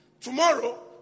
tomorrow